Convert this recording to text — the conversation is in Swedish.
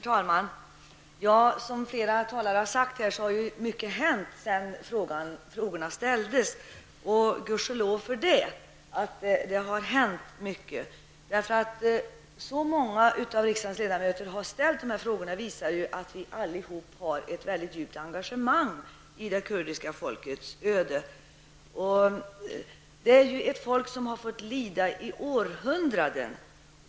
Herr talman! Som flera talare har sagt här, har mycket hänt sedan frågorna framställdes. Tack och lov att det har hänt mycket. Att så många av riksdagens ledamöter har ställt dessa frågor visar att vi alla har ett mycket djupt engagemang i det kurdiska folkets öde. Det är ett folk som har fått lida i århundraden.